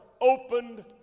opened